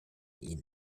ihn